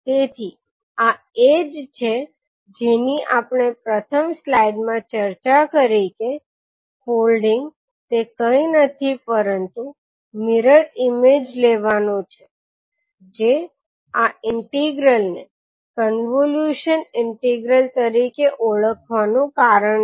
તેથી આ એ જ છે જેની આપણે પ્રથમ સ્લાઈડમાં ચર્ચા કરી કે ફોલ્ડિંગ તે કંઈ નથી પરંતુ મિરર ઇમેજ લેવાનું છે જે આ ઇન્ટિગ્રલ ને કન્વોલ્યુશન ઇન્ટિગ્રલ તરીકે ઓળખાવવાનું કારણ છે